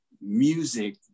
music